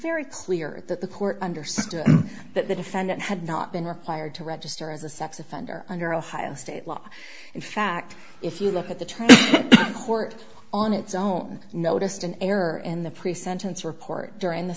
very clear that the court understood that the defendant had not been required to register as a sex offender under ohio state law in fact if you look at the trial court on its own noticed an error in the pre sentence report during the